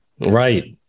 right